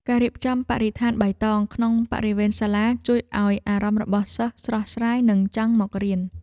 ការរៀបចំបរិស្ថានបៃតងក្នុងបរិវេណសាលាជួយឱ្យអារម្មណ៍របស់សិស្សស្រស់ស្រាយនិងចង់មករៀន។